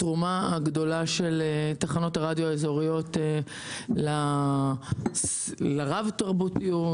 לתרומה הגדולה של תחנות הרדיו האזוריות לרב תרבותיות.